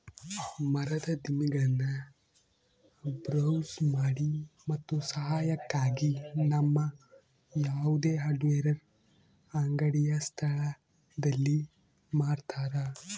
ಮರದ ದಿಮ್ಮಿಗುಳ್ನ ಬ್ರೌಸ್ ಮಾಡಿ ಮತ್ತು ಸಹಾಯಕ್ಕಾಗಿ ನಮ್ಮ ಯಾವುದೇ ಹಾರ್ಡ್ವೇರ್ ಅಂಗಡಿಯ ಸ್ಥಳದಲ್ಲಿ ಮಾರತರ